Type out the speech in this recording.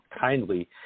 kindly